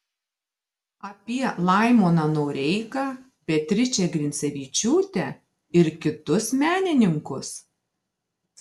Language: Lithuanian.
apie laimoną noreiką beatričę grincevičiūtę ir kitus menininkus